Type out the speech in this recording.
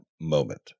moment